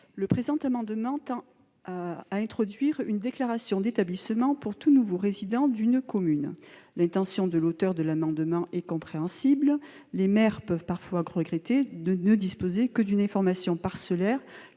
? Cet amendement tend à introduire une déclaration d'établissement pour tout nouveau résident d'une commune. L'intention des auteurs de l'amendement est compréhensible : les maires peuvent parfois regretter de ne disposer que d'une information parcellaire